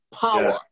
Power